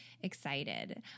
excited